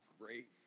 great